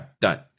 done